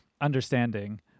understanding